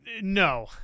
No